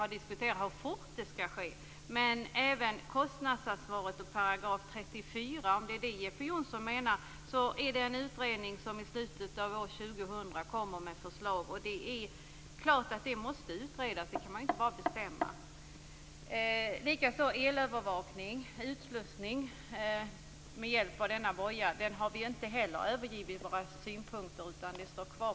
Men om Jeppe Johnsson menar frågan om kostnadsansvaret vid § 34-placering, kan jag tala om att en utredning skall lägga fram förslag i slutet av år 2000. Frågan måste utredas. Det går inte att bara bestämma. Vi har inte heller övergivit våra synpunkter på övervakning och utslussning med hjälp av elektronisk fotboja.